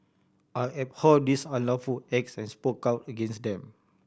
I abhor these unlawful acts and spoke out against them